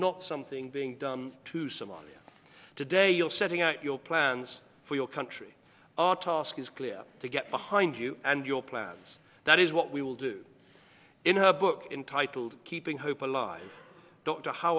not something being done to someone today you're setting out your plans for your country our task is clear to get behind you and your plans that is what we will do in her book entitled keeping hope alive